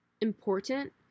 important